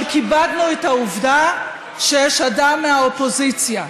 אבל כיבדנו את העובדה שיש אדם מהאופוזיציה.